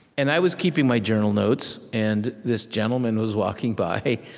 and i was keeping my journal notes, and this gentleman was walking by,